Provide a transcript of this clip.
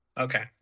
Okay